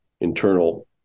internal